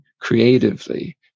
creatively